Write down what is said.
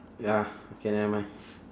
ya okay nevermind